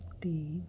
ਅਤੇ